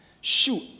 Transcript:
Shoot